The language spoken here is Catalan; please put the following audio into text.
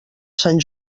sant